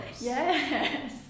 Yes